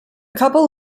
couple